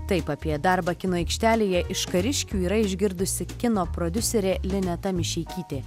taip apie darbą kino aikštelėje iš kariškių yra išgirdusi kino prodiuserė lineta mišeikytė